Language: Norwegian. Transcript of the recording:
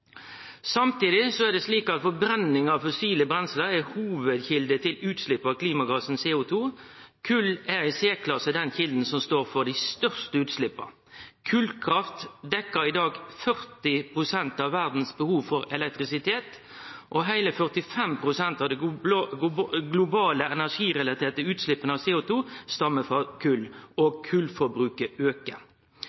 er det slik at forbrenning av fossile brensel er ei hovudkjelde til utslepp av klimagassen CO2. Kol er i særklasse den kjelda som står for dei største utsleppa. Kolkraft dekkjer i dag 40 pst. av verdas behov for elektrisitet. Heile 45 pst. av dei globale energirelaterte utsleppa av CO2 stammar frå kol, og